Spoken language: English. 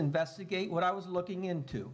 investigate what i was looking into